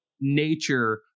nature